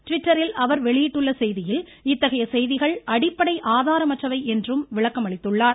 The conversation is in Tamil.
ட்விட்டரில் அவர் வெளியிட்டுள்ள செய்தியில் இத்தகைய செய்திகள் அடிப்படை ஆதாரமற்றவை என்றும் விளக்கமளித்துள்ளார்